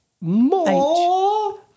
More